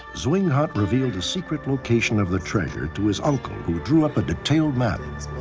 zwing hunt revealed the secret location of the treasure to his uncle, who drew up a detailed map.